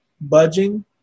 budging